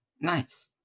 nice